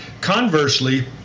Conversely